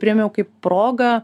priėmiau kaip progą